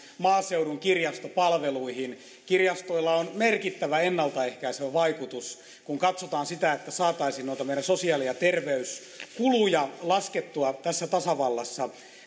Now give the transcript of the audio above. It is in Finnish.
maaseudun kirjastopalveluihin kirjastoilla on merkittävä ennalta ehkäisevä vaikutus kun katsotaan sitä että saataisiin noita meidän sosiaali ja terveyskuluja laskettua tässä tasavallassa